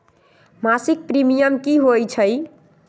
मासिक प्रीमियम की होई छई?